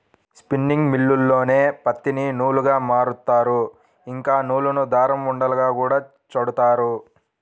spinning మిల్లుల్లోనే పత్తిని నూలుగా మారుత్తారు, ఇంకా నూలును దారం ఉండలుగా గూడా చుడతారు